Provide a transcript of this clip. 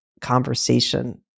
conversation